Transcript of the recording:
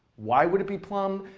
why would it be plum?